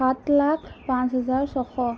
সাত লাখ পাঁচ হাজাৰ ছশ